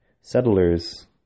settlers